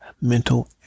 mental